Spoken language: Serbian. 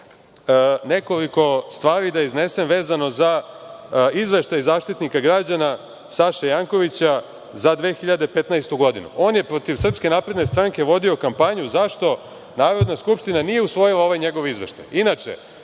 nekoliko stvari da iznesem vezano za Izveštaj Zaštitnika građana Saše Jankovića za 2015. godinu. On je protiv SNS vodio kampanju zašto Narodna skupština nije usvojila ovaj njegov izveštaj.